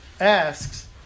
asks